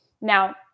Now